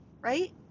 right